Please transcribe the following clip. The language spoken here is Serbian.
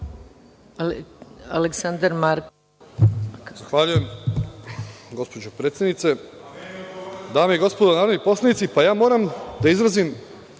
Aleksandar Marković.